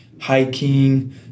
hiking